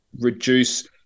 reduce